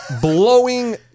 blowing